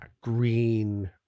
green